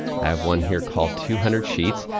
i have one here called two hundred sheets.